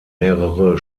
mehrere